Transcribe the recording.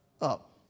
up